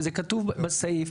וזה כתוב בסעיף,